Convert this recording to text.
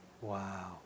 Wow